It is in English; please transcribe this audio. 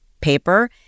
paper